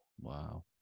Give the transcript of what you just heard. Wow